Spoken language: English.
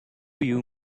you